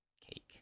Cake